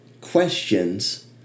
questions